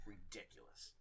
Ridiculous